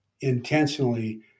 intentionally